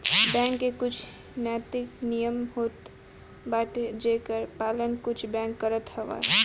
bank के कुछ नैतिक नियम होत बाटे जेकर पालन कुछ बैंक करत हवअ